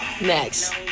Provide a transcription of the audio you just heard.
Next